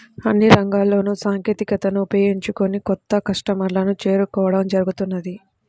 అన్ని రంగాల్లోనూ సాంకేతికతను ఉపయోగించుకొని కొత్త కస్టమర్లను చేరుకోవడం జరుగుతున్నది